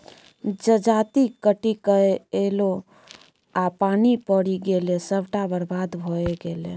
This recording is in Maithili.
जजाति कटिकए ऐलै आ पानि पड़ि गेलै सभटा बरबाद भए गेलै